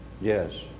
Yes